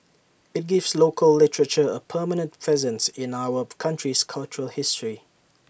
IT gives local literature A permanent presence in our country's cultural history